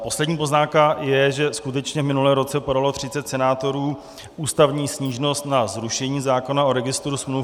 Poslední poznámka je, že skutečně v minulém roce podalo 30 senátorů ústavní stížnost na zrušení zákona o registru smluv.